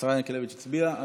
השרה ינקלביץ' הצביעה.